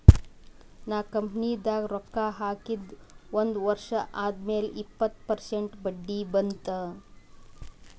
ನಾ ಕಂಪನಿದಾಗ್ ರೊಕ್ಕಾ ಹಾಕಿದ ಒಂದ್ ವರ್ಷ ಆದ್ಮ್ಯಾಲ ಇಪ್ಪತ್ತ ಪರ್ಸೆಂಟ್ ಬಡ್ಡಿ ಬಂತ್